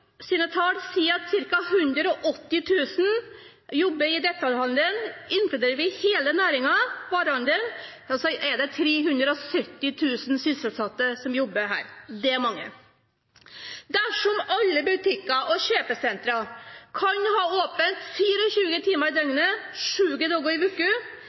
at ca. 180 000 jobber i detaljhandelen. Inkluderer vi hele næringen – varehandelen – er det 370 000 sysselsatte som jobber her. Det er mange. Dersom alle butikker og kjøpesentra kan ha åpent 24 timer i døgnet sju dager i